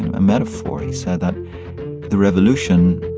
a metaphor. he said that the revolution